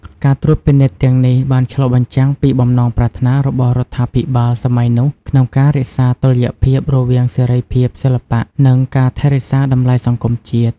ការត្រួតពិនិត្យទាំងនេះបានឆ្លុះបញ្ចាំងពីបំណងប្រាថ្នារបស់រដ្ឋាភិបាលសម័យនោះក្នុងការរក្សាតុល្យភាពរវាងសេរីភាពសិល្បៈ និងការថែរក្សាតម្លៃសង្គមជាតិ។